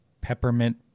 Peppermint